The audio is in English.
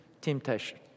temptation